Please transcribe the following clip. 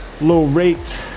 low-rate